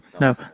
no